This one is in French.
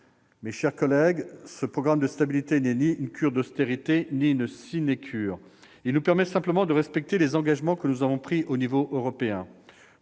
Mes chers collègues, ce programme de stabilité n'est ni une cure d'austérité ni une sinécure : il nous permet simplement de respecter les engagements que nous avons pris au niveau européen.